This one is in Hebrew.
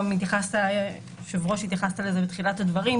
וגם אתה היושב-ראש התייחסת לזה בתחילת הדברים,